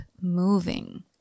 moving